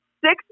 Six